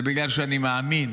זה בגלל שאני מאמין